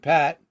Pat